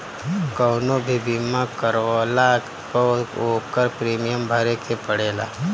कवनो भी बीमा करवला पअ ओकर प्रीमियम भरे के पड़ेला